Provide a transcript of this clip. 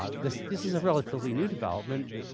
ah this this is a relatively new development.